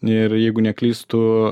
ir jeigu neklystu